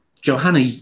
Johanna